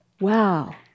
Wow